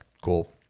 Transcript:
cool